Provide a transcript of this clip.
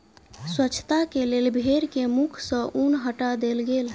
स्वच्छता के लेल भेड़ के मुख सॅ ऊन हटा देल गेल